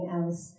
else